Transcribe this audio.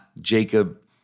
Jacob